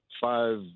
five